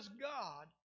God